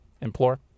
Implore